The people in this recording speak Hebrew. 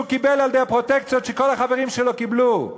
קיבל על-ידי פרוטקציות שכל החברים שלו קיבלו.